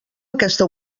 aquesta